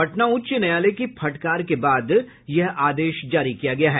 पटना उच्च न्यायालय की फटकार के बाद यह आदेश जारी किया गया है